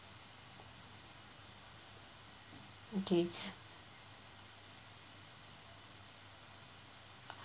okay